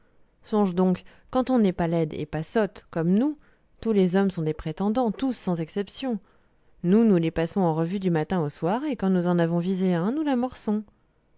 songe donc quand on n'est pas laide et pas sotte comme nous tous les hommes sont des prétendants tous sans exception nous nous les passons en revue du matin au soir et quand nous en avons visé un nous